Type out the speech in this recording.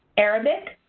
arabic,